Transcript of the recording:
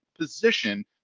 position